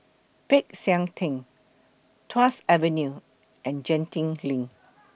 Peck San Theng Tuas Avenue and Genting LINK